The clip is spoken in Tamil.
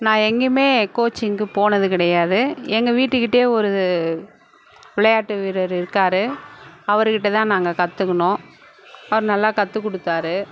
நான் எங்கேயுமே கோச்சிங்குக்கு போனது கிடையாது எங்கள் வீட்டு கிட்டயே ஒரு விளையாட்டு வீரர் இருக்காரு அவரு கிட்டதான் நாங்கள் கத்துக்குனோம் அவர் நல்லா கத்துக்கொடுத்தாரு